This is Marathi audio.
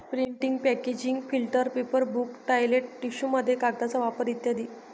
printing packaging filter paper book toilet टिश्यूमध्ये कागदाचा वापर इ